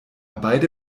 beide